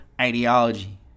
ideology